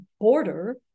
border